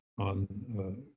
on